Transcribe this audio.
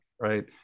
Right